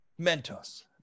Mentos